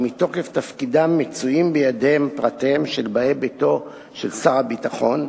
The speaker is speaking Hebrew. שמתוקף תפקידם מצויים בידיהם פרטיהם של באי ביתו של שר הביטחון,